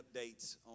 updates